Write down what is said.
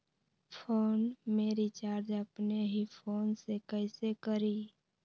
Phone में recharge अपने ही फ़ोन से कईसे करी?